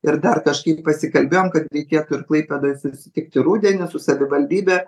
ir dar kažkaip pasikalbėjom kad reikėtų ir klaipėdoj susitikti rudenį su savivaldybe